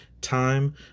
time